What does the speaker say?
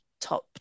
top